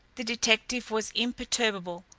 the detective was imperturbable.